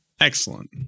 Excellent